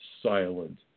silent